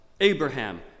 Abraham